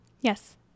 Yes